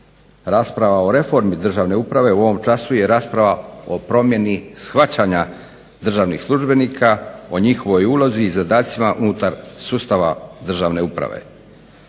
Rasprava o reformi državne uprave u ovom času je rasprava o promjeni shvaćanja državnih službenika, o njihovoj ulozi i zadacima unutar sustava državne uprave.